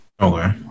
Okay